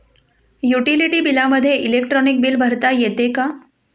Utility बिलामध्ये electronic bill भरता येते का?